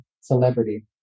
celebrity